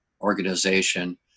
organization